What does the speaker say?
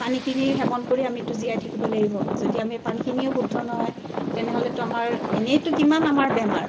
পানীখিনি সেৱন কৰি আমিতো আমি জীয়াই থাকিব লাগিব যদি আমি পানীখিনিয়েই শুদ্ধ নহয় তেনেহ'লেতো আমাৰ এনেইতো কিমান আমাৰ বেমাৰ